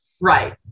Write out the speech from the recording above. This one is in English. right